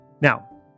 Now